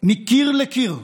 מקיר לקיר,